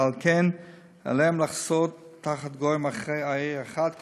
ועל כן עליהם לחסות תחת גורם אחראי אחד,